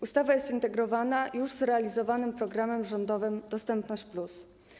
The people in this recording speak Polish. Ustawa jest zintegrowana z już realizowanym programem rządowym ˝Dostępność+˝